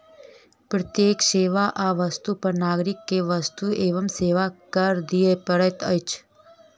प्रत्येक सेवा आ वस्तु पर नागरिक के वस्तु एवं सेवा कर दिअ पड़ैत अछि